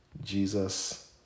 Jesus